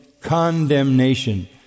condemnation